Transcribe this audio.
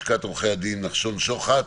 לשכת עורכי הדין נחשון שוחט.